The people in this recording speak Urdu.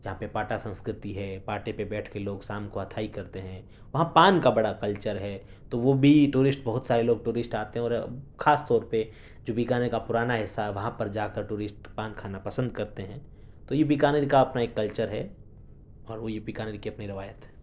جہاں پہ پاٹا سنسکرتی ہے پاٹے پہ بیٹھ کے لوگ شام کو اتھائی کرتے ہیں وہاں پان کا بڑا کلچر ہے تو وہ بھی ٹورسٹ بہت سارے لوگ ٹورسٹ آتے ہیں اور خاص طور پہ جو بیکانیر کا پرانا حصہ ہے وہاں پر جا کر ٹورسٹ پان کھانا پسند کرتے ہیں تو یہ بیکانیر کا اپنا ایک کلچر ہے اور وہ یہ بیکانیر کی اپنی روایت ہے